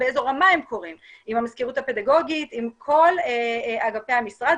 המזכירות הפדגוגית וכל אגפי המשרד.